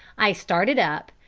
i started up,